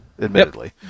admittedly